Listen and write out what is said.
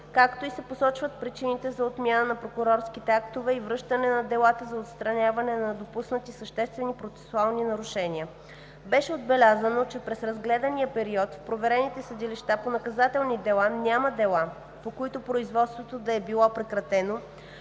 както и се посочват причините за отмяна на прокурорските актове и връщане на делата за отстраняване на допуснати съществени процесуални нарушения. Беше отбелязано, че през разгледания период в проверените съдилища по наказателни дела няма дела, по които производството да е било прекратено